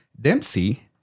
dempsey